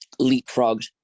leapfrogged